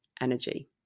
energy